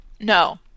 No